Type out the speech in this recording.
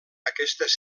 aquestes